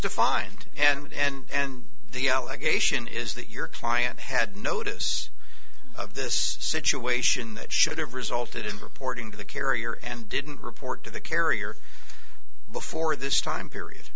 defined and the allegation is that your client had notice of this situation that should have resulted in reporting to the carrier and didn't report to the carrier before this time period